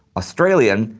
australian,